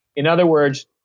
in other words,